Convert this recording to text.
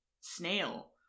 Snail